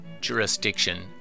jurisdiction